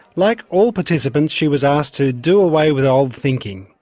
like all participants she was asked to do away with old thinking,